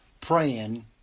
praying